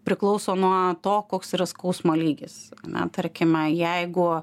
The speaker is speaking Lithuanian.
priklauso nuo to koks yra skausmo lygis ane tarkime jeigu